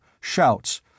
shouts